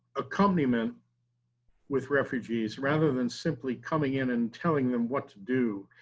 accompaniment with refugees, rather than simply coming in and telling them what to do.